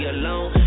alone